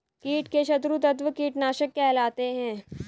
कीट के शत्रु तत्व कीटनाशक कहलाते हैं